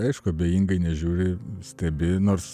aišku abejingai nežiūri stebi nors